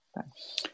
Thanks